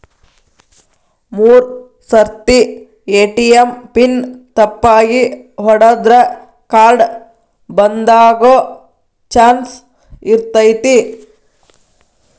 ಮೂರ್ ಸರ್ತಿ ATM pin ತಪ್ಪಾಗಿ ಹೊಡದ್ರ ಕಾರ್ಡ್ ಬಂದಾಗೊ ಚಾನ್ಸ್ ಇರ್ತೈತಿ